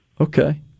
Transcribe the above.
Okay